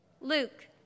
Luke